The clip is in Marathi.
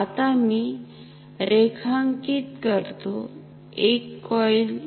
आता मी रेखांकित करतो एक कॉईल